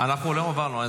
אנחנו לא עברנו,